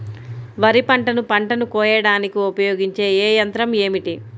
వరిపంటను పంటను కోయడానికి ఉపయోగించే ఏ యంత్రం ఏమిటి?